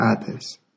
others